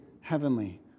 heavenly